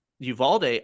uvalde